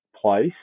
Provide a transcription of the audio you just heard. place